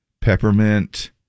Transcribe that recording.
peppermint